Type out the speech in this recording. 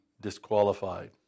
disqualified